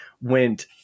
went